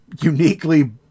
uniquely